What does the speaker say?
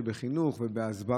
של חינוך והסברה,